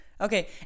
Okay